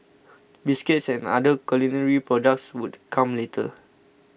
biscuits and other culinary products would come later